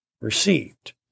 received